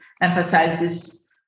emphasizes